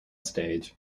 stage